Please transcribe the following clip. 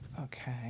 Okay